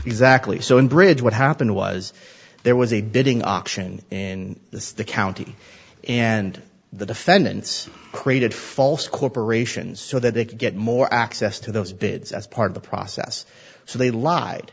exactly so in bridge what happened was there was a bidding auction in the county and the defendants created false corporations so that they could get more access to those bids as part of the process so they lied